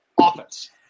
offense